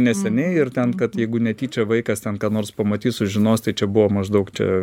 neseniai ir ten kad jeigu netyčia vaikas ten ką nors pamatys sužinos tai čia buvo maždaug čia